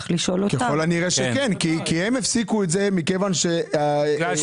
ככל הנראה שכן, כי הם הפסיקו את זה בגלל האגרה.